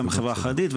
גם בחברה החרדית.